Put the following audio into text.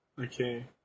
Okay